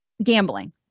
gambling